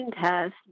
test